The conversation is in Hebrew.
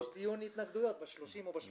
יש דיון בהתנגדויות ב-30 או ב-31.